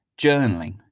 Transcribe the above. journaling